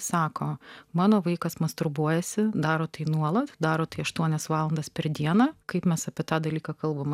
sako mano vaikas masturbuojasi daro tai nuolat daro tai aštuonias valandas per dieną kaip mes apie tą dalyką kalbama